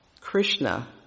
Krishna